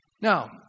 Now